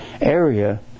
area